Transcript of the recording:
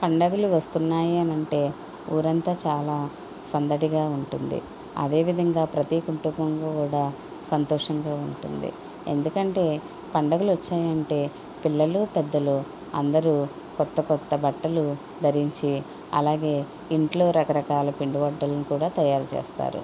పండుగలు వస్తున్నాయని అంటే ఊరంతా చాలా సందడిగా ఉంటుంది అదే విధంగా ప్రతి కుటుంబంలో కూడా సంతోషంగా ఉంటుంది ఎందుకంటే పండుగలు వచ్చాయంటే పిల్లలు పెద్దలు అందరు కొత్త కొత్త బట్టలు ధరించి అలాగే ఇంట్లో రకరకాల పిండి వంటలను కూడా తయారు చేస్తారు